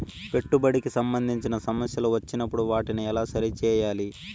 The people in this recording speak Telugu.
పెట్టుబడికి సంబంధించిన సమస్యలు వచ్చినప్పుడు వాటిని ఎలా సరి చేయాలి?